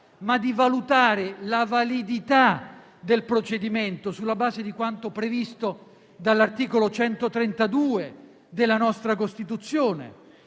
ma di valutare la validità del procedimento sulla base di quanto previsto dall'articolo 132 della nostra Costituzione.